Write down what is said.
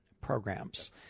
programs